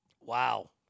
Wow